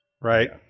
Right